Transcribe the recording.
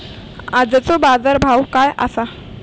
आजचो बाजार भाव काय आसा?